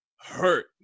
hurt